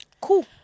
cool